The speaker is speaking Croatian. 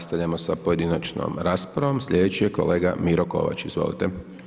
Nastavljamo sa pojedinačnom raspravom, slijedeći je kolega Miro Kovač, izvolite.